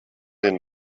den